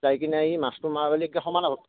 যায় কিনে এই মাছটো মাৰি পাৰিলে এনেকে সমানে ভাগ